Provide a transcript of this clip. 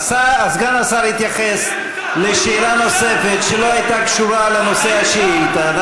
סגן השר התייחס לשאלה נוספת שלא הייתה קשורה לנושא השאילתה.